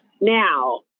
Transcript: Now